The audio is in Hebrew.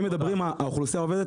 אם מדברים האוכלוסייה העובדת,